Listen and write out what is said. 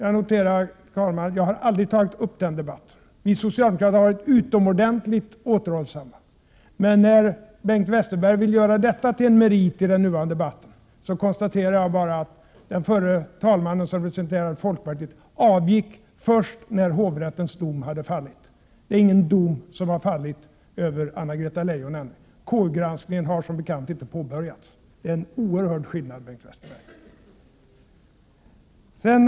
Jag understryker, herr talman, att jag aldrig har tagit upp den debatten. Vi socialdemokrater har varit utomordentligt återhållsamma. Men när Bengt Westerberg vill göra detta till en merit i den nuvarande debatten, så konstaterar jag bara att den förre vice talmannen, som representerade folkpartiet, avgick först när hovrättens dom hade fallit. Det är ingen dom som har fallit över Anna-Greta Leijon ännu. KU-granskningen har som bekant inte påbörjats. Det är en oerhörd skillnad, Bengt Westerberg.